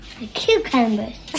Cucumbers